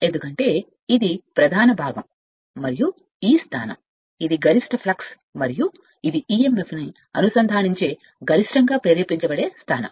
ఎందుకంటే ఇది ప్రధాన భాగం మరియు ఈ స్థానం ఇది గరిష్ట ఫ్లక్స్ మరియు emf ను అనుసంధానించే గరిష్టంగా గరిష్టంగా ప్రేరేపించబడే స్థానం